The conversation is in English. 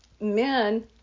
men